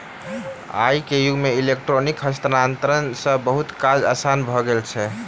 आई के युग में इलेक्ट्रॉनिक हस्तांतरण सॅ बहुत काज आसान भ गेल अछि